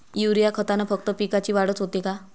Urea खतानं फक्त पिकाची वाढच होते का?